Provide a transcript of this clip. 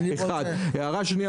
הערה שנייה